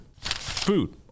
Food